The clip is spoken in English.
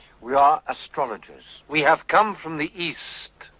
we are astrologers. we have come from the east.